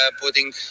putting